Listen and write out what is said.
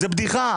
זאת בדיחה.